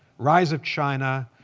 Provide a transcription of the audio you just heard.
rise of china,